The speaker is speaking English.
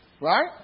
Right